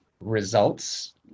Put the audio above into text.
results